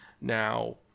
Now